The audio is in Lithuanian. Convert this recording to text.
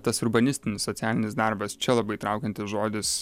tas urbanistinis socialinis darbas čia labai traukiantis žodis